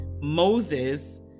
Moses